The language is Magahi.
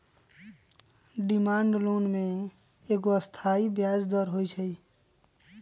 डिमांड लोन में एगो अस्थाई ब्याज दर होइ छइ